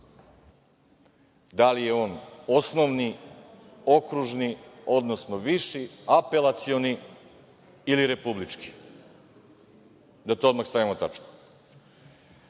da li je on osnovni, okružni, odnosno viši, apelacioni ili republički, da tu odmah stavimo tačku. Kada